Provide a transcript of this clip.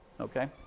Okay